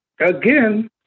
again